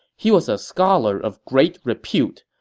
he was a scholar of great repute.